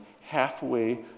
halfway